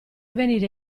venire